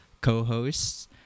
co-hosts